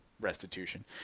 restitution